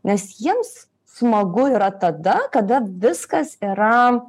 nes jiems smagu yra tada kada viskas yra